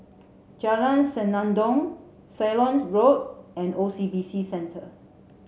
Jalan Senandong Ceylon Road and O C B C Centre